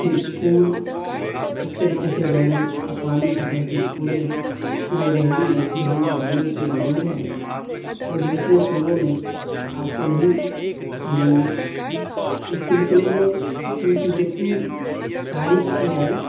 کے اسکول اِس طرح کے بین الاقوامی سطح کے اسکولیں صوبہ دہلی میں دہلی گورنمنٹ کی موجود ہے وہ دوسرے صوبوں میں آپ کو نہیں مِلیں گے اِس سلسلے میں اُن کی جتنی تعریف کی جائے